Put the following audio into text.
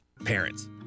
Parents